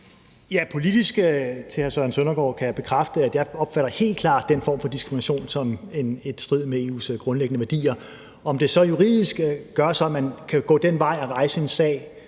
politisk kan jeg bekræfte, at jeg helt klart opfatter den form for diskrimination som i strid med EU's grundlæggende værdier. Om det så gør, at man juridisk kan gå den vej og rejse en sag